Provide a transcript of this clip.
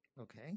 okay